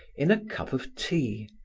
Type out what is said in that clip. in a cup of tea,